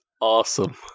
awesome